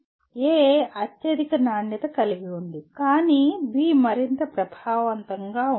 A అత్యధిక నాణ్యత కలిగి ఉంది కానీ B మరింత ప్రభావవంతంగా ఉంటుంది